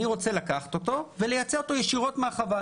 אני רוצה לקחת אותו ולייצא אותו ישירות מהחווה.